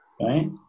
right